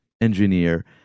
engineer